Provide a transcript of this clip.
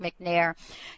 McNair